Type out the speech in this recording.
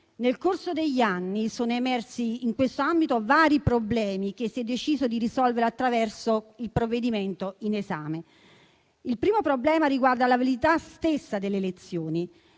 Nel corso degli anni sono emersi in questo ambito vari problemi che si è deciso di risolvere attraverso il provvedimento in esame. Il primo problema riguarda la validità stessa delle elezioni.